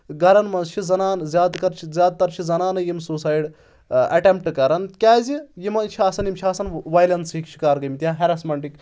گَرَن منٛز چھِ زَنان زیادٕ کَر زیادٕ تَر چھِ زَنان یِم سوٗسایڈ اؠٹمپٹ کران کیازِ یِم چھِ آسَان یِم چھِ آسَان وایلَنسٕکۍ شِکار گٔمٕتۍ یا ہیرسمنٛٹٕکۍ